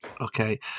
Okay